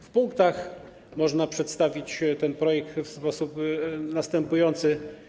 W punktach można przedstawić ten projekt w sposób następujący.